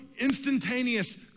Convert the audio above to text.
instantaneous